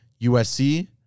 USC